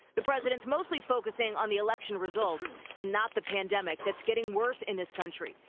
the president's mostly focusing on the election results and not the pandemic that's getting worse in this country.